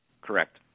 Correct